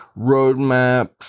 roadmaps